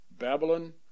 Babylon